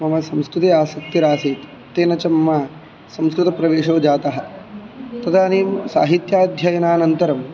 मम संस्कृते आसक्तिरासीत् तेन च मम संस्कृतप्रवेशो जातः तदानीं साहित्याध्ययनानन्तरं